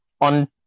on